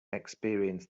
experienced